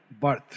birth